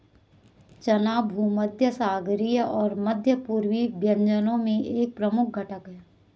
चना भूमध्यसागरीय और मध्य पूर्वी व्यंजनों में एक प्रमुख घटक है